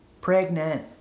pregnant